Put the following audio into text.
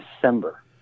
December